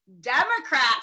Democrats